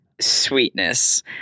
Sweetness